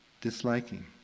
disliking